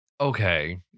Okay